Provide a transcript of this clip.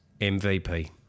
MVP